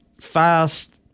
fast